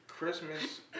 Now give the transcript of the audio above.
Christmas